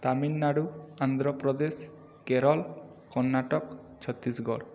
Tamil Nadu Andhra Pradesh Kerala Karnataka Chhattisgarh